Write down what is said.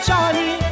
Johnny